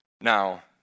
Now